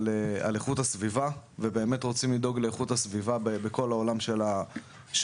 מתוך משרד הבריאות שגורמים לנו לעשות הרבה הפרדות בתוך המשלוח.